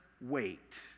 wait